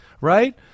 right